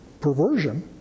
perversion